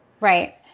Right